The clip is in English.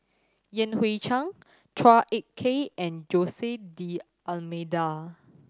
Yan Hui Chang Chua Ek Kay and Jose D'Almeida